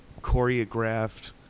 choreographed